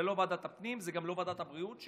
זה לא ועדת הפנים וגם לא ועדת הבריאות,